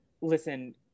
listen